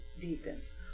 deepens